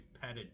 padded